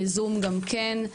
בזום גם כן.